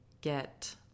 get